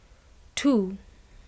two